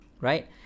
right